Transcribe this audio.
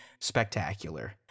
spectacular